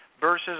versus